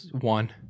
One